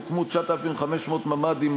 הוקמו 9,500 ממ"דים,